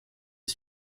est